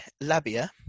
labia